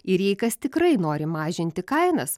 ir jei kas tikrai nori mažinti kainas